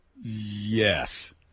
Yes